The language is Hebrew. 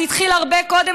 זה התחיל הרבה קודם,